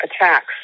attacks